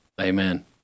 Amen